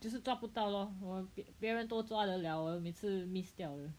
就是抓不到 lor 我给别人都抓着的我每次 miss 掉 eh